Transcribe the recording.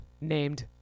named